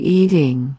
eating